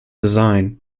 design